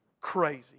crazy